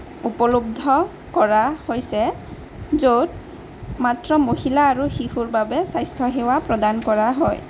উপলব্ধ কৰা হৈছে য'ত মাত্ৰ মহিলা আৰু শিশুৰ বাবে স্বাস্থ্যসেৱা প্ৰদান কৰা হয়